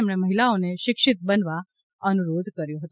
તેમણે મહિલાઓને શિક્ષિત બનવા અનુરોધ કર્યો છે